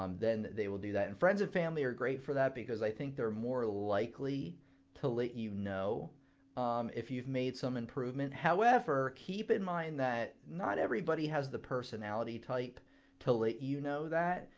um then they will do that. and friends and family are great for that because i think they're more likely to let you know if you've made some improvement. however, keep in mind that not everybody has the personality type to let you know that.